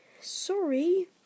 Sorry